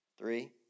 Three